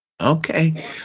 Okay